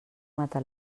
mata